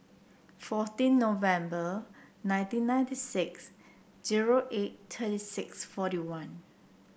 fourteen November nineteen ninety six zero eight thirty six forty one